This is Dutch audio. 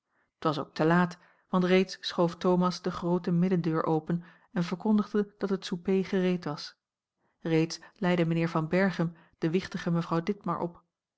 t was ook te laat want reeds schoof thomas de groote middendeur open en verkondigde dat het souper gereed was reeds leidde mijnheer van berchem de wichtige mevrouw ditmar op